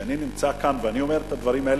כשאני נמצא כאן ואומר את זה,